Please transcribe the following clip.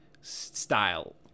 style